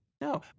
no